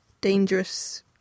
dangerous